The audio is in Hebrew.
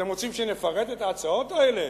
אתם רוצים שנפרט את ההצעות האלה?